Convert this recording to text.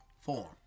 form